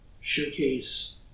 showcase